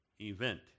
event